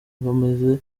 bameze